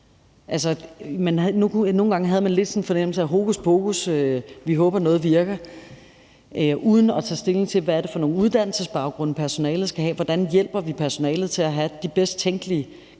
nogle gange havde man lidt sådan en fornemmelse af: Hokuspokus, vi håber, noget virker. Det var uden at tage stilling til: Hvad er det for nogle uddannelsesbaggrunde, personalet skal have? Hvordan hjælper vi personalet til at have de bedst tænkelige